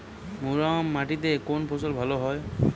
মুরাম মাটিতে কোন ফসল ভালো হয়?